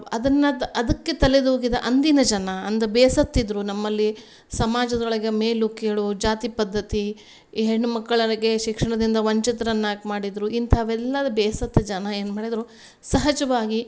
ಅದನ್ನ ಅದಕ್ಕೆ ತಲೆದೂಗಿದ ಅಂದಿನ ಜನ ಅಂದು ಬೇಸತ್ತಿದ್ದರು ನಮ್ಮಲ್ಲಿ ಸಮಾಜದೊಳಗೆ ಮೇಲು ಕೀಳು ಜಾತಿ ಪದ್ಧತಿ ಈ ಹೆಣ್ಣುಮಕ್ಕಳರಿಗೆ ಶಿಕ್ಷಣದಿಂದ ವಂಚಿತರನ್ನಾಗಿ ಮಾಡಿದರು ಇಂಥವೆಲ್ಲ ಬೇಸತ್ತ ಜನ ಏನು ಮಾಡಿದರು ಸಹಜವಾಗಿ